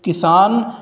किसान